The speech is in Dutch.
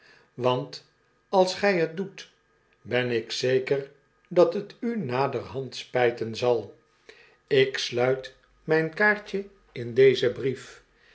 want als gjj het doet ben ik zeker dat hetu naderhand spflten zal ik sluit mijn kaartje in dezen brief